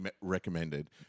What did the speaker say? recommended